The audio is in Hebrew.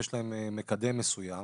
יש להם מקדם מסוים,